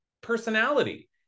personality